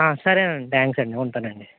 సరేనండి త్యాంక్స్ అండి ఉంటానండి